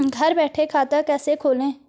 घर बैठे खाता कैसे खोलें?